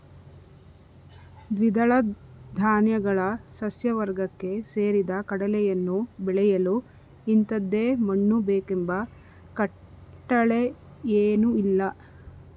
ದ್ವಿದಳ ಧಾನ್ಯಗಳ ಸಸ್ಯವರ್ಗಕ್ಕೆ ಸೇರಿದ ಕಡಲೆಯನ್ನು ಬೆಳೆಯಲು ಇಂಥದೇ ಮಣ್ಣು ಬೇಕೆಂಬ ಕಟ್ಟಳೆಯೇನೂಇಲ್ಲ